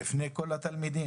בפני כל התלמידים.